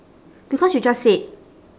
because you just said